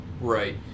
Right